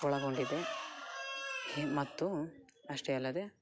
ಒಳಗೊಂಡಿದೆ ಮತ್ತು ಅಷ್ಟೇ ಅಲ್ಲದೆ